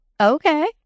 Okay